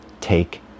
Take